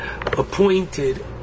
appointed